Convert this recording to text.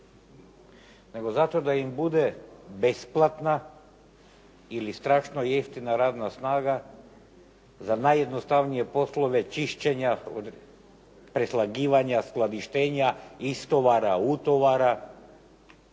nego zato da im bude besplatna ili strašno jeftina radna snaga za najjednostavnije poslove čišćenja, preslagivanja, skladištenja, istovara, utovara.